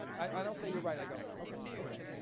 i don't say you're right, i go okay, okay.